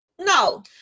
No